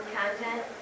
content